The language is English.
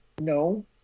No